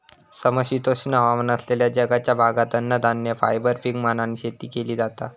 समशीतोष्ण हवामान असलेल्या जगाच्या भागात अन्नधान्य, फायबर पीक म्हणान शेती केली जाता